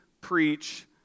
preach